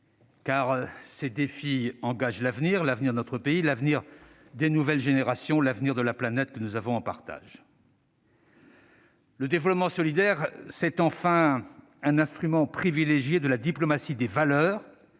car ces défis engagent l'avenir : l'avenir de notre pays, l'avenir des nouvelles générations, l'avenir de la planète que nous avons en partage. Le développement solidaire, c'est enfin un instrument privilégié de la diplomatie des valeurs